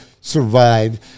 survive